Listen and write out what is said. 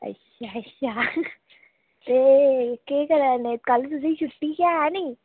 अच्छा अच्छा ते केह् कराने कल तुसेंगी छुट्टी ऐ नी